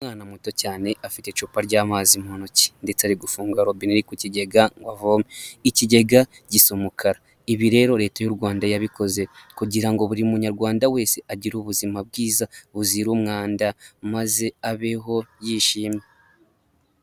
Umwana muto cyane afite icupa ry'amazi mu ntoki, ndetse ari gufunga robine iri ku kigega ngo avome, ikigega gisa umukara. Ibi rero leta y'u Rwanda yabikoze kugira ngo buri munyarwanda wese agire ubuzima bwiza buzira umwanda, maze abeho yishimye.